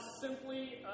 simply